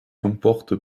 comporte